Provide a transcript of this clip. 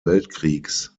weltkriegs